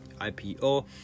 IPO